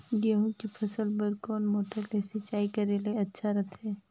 गहूं के फसल बार कोन मोटर ले सिंचाई करे ले अच्छा रथे?